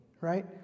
right